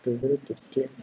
camera